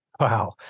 Wow